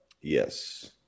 Yes